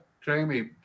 jamie